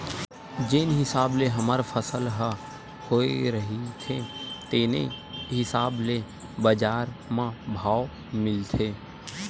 जेन हिसाब ले हमर फसल ह होए रहिथे तेने हिसाब ले बजार म भाव मिलथे